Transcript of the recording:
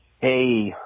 Hey